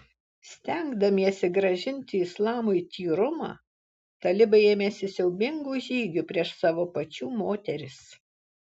stengdamiesi grąžinti islamui tyrumą talibai ėmėsi siaubingų žygių prieš savo pačių moteris